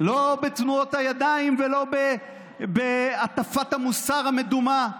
לא בתנועות הידיים ולא בהטפת המוסר המדומה,